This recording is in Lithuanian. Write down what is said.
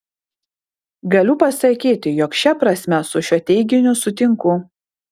galiu pasakyti jog šia prasme su šiuo teiginiu sutinku